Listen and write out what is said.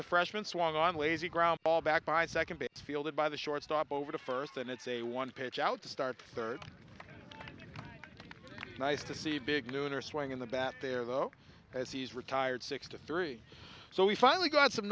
the freshman swung on lazy ground ball back by second be fielded by the shortstop over the first and it's a one pitch out to start third nice to see big new owner swinging the bat there though as he's retired six to three so he finally got some